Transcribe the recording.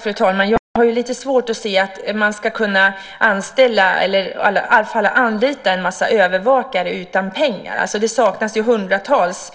Fru talman! Jag har lite svårt att se hur man ska kunna anställa, eller i varje fall anlita, en massa övervakare utan att ha pengar. Det saknas ju hundratals